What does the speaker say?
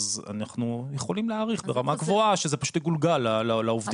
אז אנחנו יכולים להעריך ברמה גבוהה שזה פשוט יגולגל לעובדים.